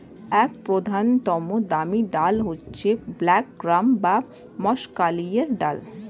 এক প্রধানতম দামি ডাল হচ্ছে ব্ল্যাক গ্রাম বা মাষকলাইয়ের ডাল